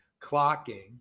clocking